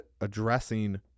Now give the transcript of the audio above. addressing